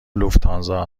لوفتانزا